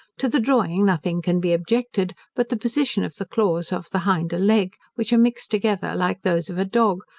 to the drawing nothing can be objected but the position of the claws of the hinder leg, which are mixed together like those of a dog,